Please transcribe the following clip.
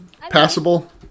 Passable